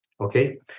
Okay